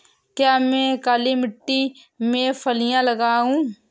क्या मैं काली मिट्टी में फलियां लगाऊँ?